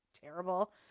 terrible